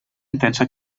intensa